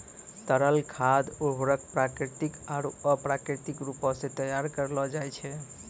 तरल खाद उर्वरक प्राकृतिक आरु अप्राकृतिक रूपो सें तैयार करलो जाय छै